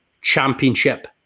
championship